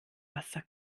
wasser